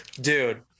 Dude